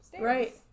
Right